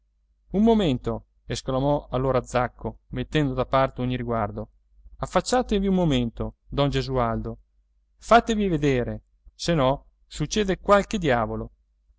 un momento esclamò allora zacco mettendo da parte ogni riguardo affacciatevi un momento don gesualdo fatevi vedere se no succede qualche diavolo